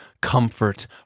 comfort